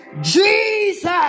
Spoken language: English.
Jesus